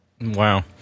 Wow